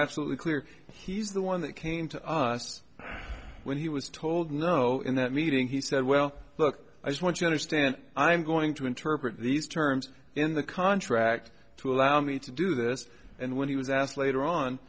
absolutely clear he's the one that came to us when he was told no in that meeting he said well look i just want you understand i'm going to interpret these terms in the contract to allow me to do this and when he was asked later on